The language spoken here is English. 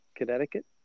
Connecticut